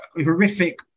horrific